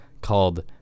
called